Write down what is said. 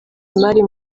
imari